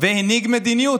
והנהיג מדיניות,